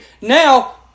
now